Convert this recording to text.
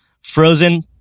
Frozen